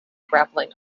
grappling